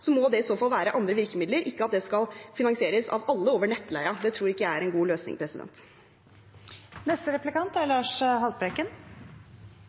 må det i så fall være andre virkemidler, ikke at det skal finansieres av alle over nettleien. Det tror ikke jeg er en god løsning.